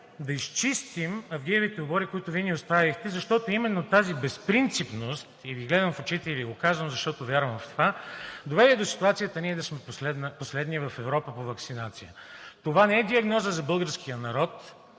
да изчистим авгиевите обори, които Вие ни оставихте, защото именно тази безпринципност – гледам Ви в очите и Ви го казвам, защото вярвам в това – доведе до ситуацията ние да сме последни в Европа по ваксинация. Това не е диагноза за българския народ,